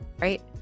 Right